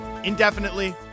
indefinitely